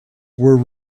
were